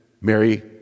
Mary